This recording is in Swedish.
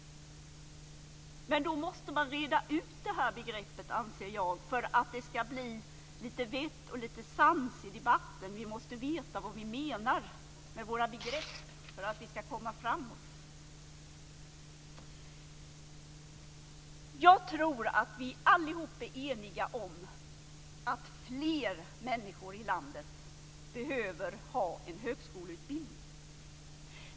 Då måste man reda ut det här begreppet, anser jag, för att det ska bli lite vett och sans i debatten. Vi måste veta vad vi menar med våra begrepp för att vi ska komma framåt. Jag tror att vi alla är eniga om att fler människor i landet behöver ha en högskoleutbildning.